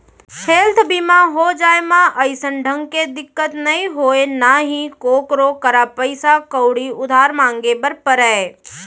health बीमा हो जाए म अइसन ढंग के दिक्कत नइ होय ना ही कोकरो करा पइसा कउड़ी उधार मांगे बर परय